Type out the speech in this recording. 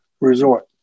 resort